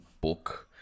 book